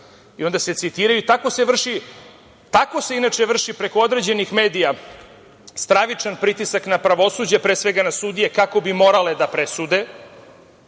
i onda se citiraju. Tako se inače vrši, preko određenih medija, stravičan pritisak na pravosuđe, pre svega, na sudije, kako bi morale da presude